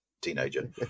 teenager